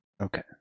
Okay